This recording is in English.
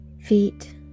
feet